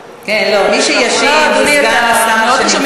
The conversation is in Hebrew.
מי שישיב זה סגן השר, שנמצא כאן.